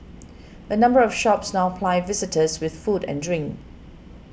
a number of shops now ply visitors with food and drink